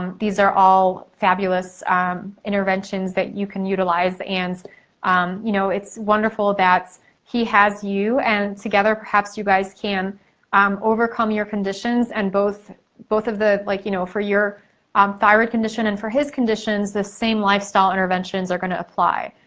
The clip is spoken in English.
um these are all fabulous interventions that you can utilize and um you know it's wonderful that he has you and together, perhaps, you guys can um overcome your conditions and both both of the, like you know for your um thyroid condition and for his conditions, those same lifestyle interventions are gonna apply.